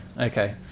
okay